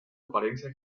apariencia